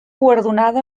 guardonada